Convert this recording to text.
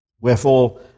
Wherefore